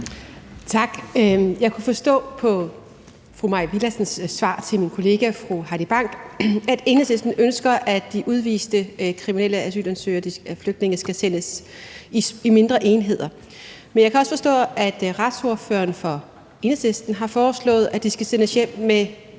Tak. Jeg kunne forstå på fru Mai Villadsens svar til min kollega fru Heidi Bank, at Enhedslisten ønsker, at de udviste kriminelle asylansøgere og flygtninge skal sendes i mindre enheder. Men jeg kan også forstå, at retsordføreren for Enhedslisten har foreslået, at de skal sendes hjem med